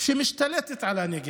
כמשתלטת על הנגב.